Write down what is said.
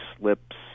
slips